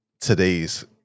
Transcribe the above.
today's